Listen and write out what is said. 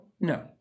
No